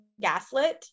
gaslit